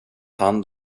hand